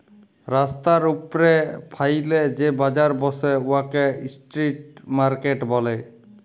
রাস্তার উপ্রে ফ্যাইলে যে বাজার ব্যসে উয়াকে ইস্ট্রিট মার্কেট ব্যলে